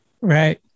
right